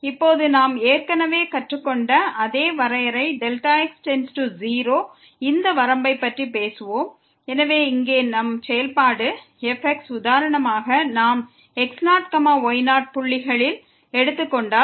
இப்போது நாம் ஏற்கனவே கற்றுக்கொண்ட அதே வரையறை Δx→0 இந்த வரம்பைப் பற்றி பேசுவோம் எனவே இங்கே நம் செயல்பாடு fx உதாரணமாக நாம் x0y0 புள்ளிகளில் எடுத்துக்கொண்டால்